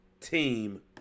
team